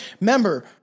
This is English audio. remember